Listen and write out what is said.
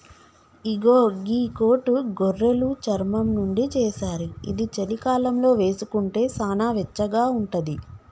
ఇగో గీ కోటు గొర్రెలు చర్మం నుండి చేశారు ఇది చలికాలంలో వేసుకుంటే సానా వెచ్చగా ఉంటది